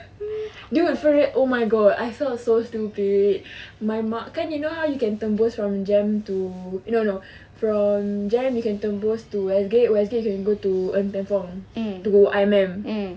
dude for real oh my god I felt so stupid my mak kan you know how you can tembus from JEM to no no from JEM you can tembus to west gate west gate can go to ng teng fong to I_M_M